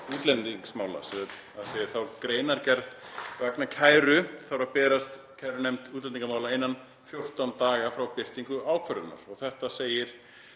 útlendingamála. Greinargerð vegna kæru þarf að berast kærunefnd útlendingamála innan 14 daga frá birtingu ákvörðunar. Þetta segir